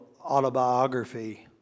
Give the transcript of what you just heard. autobiography